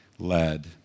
Led